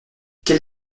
quel